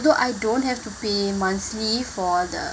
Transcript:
although I don't have to pay monthly for the